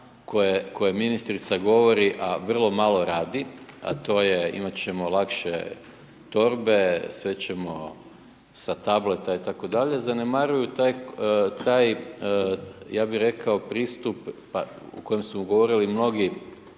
koje ministrica govori, a vrlo malo radi, a to je, imat ćemo lakše torbe, sve ćemo sa tableta itd., zanemaruju taj ja bih rekao pristup u kojem smo govorili mnogi